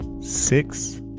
six